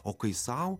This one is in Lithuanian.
o kai sau